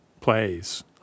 plays